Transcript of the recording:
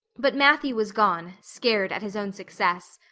but matthew was gone, scared at his own success.